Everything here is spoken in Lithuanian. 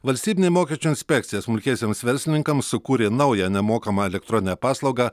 valstybinė mokesčių inspekcija smulkiesiems verslininkams sukūrė naują nemokamą elektroninę paslaugą